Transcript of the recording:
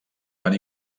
van